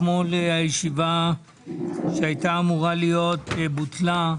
אתמול הישיבה שהייתה אמורה להיות בוטלה.